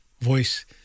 voice